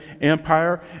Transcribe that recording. Empire